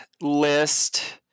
list